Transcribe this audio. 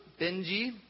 Benji